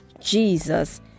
Jesus